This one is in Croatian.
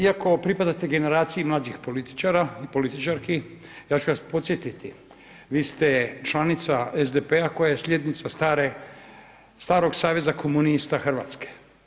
Iako pripadate generaciji mlađih političara i političarki, ja ću vas podsjetiti vi ste članica SDP-a koja je slijednica starog Saveza komunista Hrvatske.